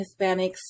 Hispanics